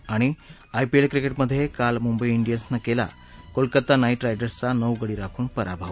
आणि IPL cricket मधे काल मुंबई डियन्सनं केला कोलकाता नाईट रायडर्सचा नऊ गडी राखून पराभव